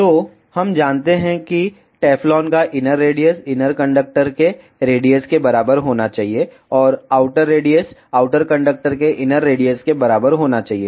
तो हम जानते हैं कि टेफ्लॉन का इनर रेडियस इनर कंडक्टर के रेडियस के बराबर होना चाहिए और आउटर रेडियस आउटर कंडक्टर के इनर रेडियस के बराबर होना चाहिए